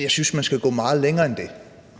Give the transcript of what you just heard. Jeg synes, at man skal gå meget længere end det.